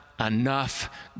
enough